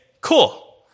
cool